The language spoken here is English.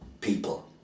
people